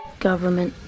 Government